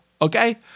okay